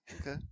okay